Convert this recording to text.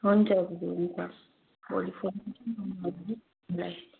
हुन्छ दिदी हुन्छ भोलि फोन गर्छु नि आउनु अगाडि तपाईँलाई